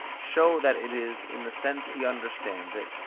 show that it is, in the sense he understands it,